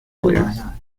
player